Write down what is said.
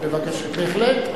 בהחלט.